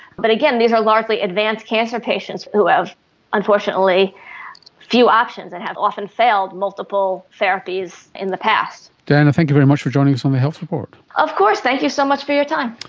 but again, these are largely advanced cancer patients who have unfortunately few options and have often failed multiple therapies in the past. diana, thank you very much for joining us on the health report. of course, thank you so much for your time.